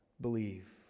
believe